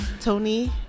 Tony